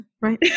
Right